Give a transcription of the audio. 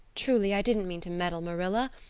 truly, i didn't mean to meddle, marilla.